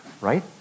right